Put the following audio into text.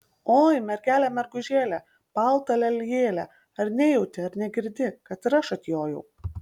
oi mergele mergužėle balta lelijėle ar nejauti ar negirdi kad ir aš atjojau